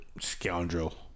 Scoundrel